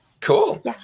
Cool